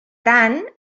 tant